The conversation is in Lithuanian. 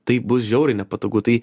taip bus žiauriai nepatogu tai